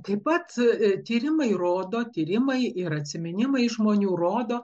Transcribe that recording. taip pat tyrimai rodo tyrimai ir atsiminimai žmonių rodo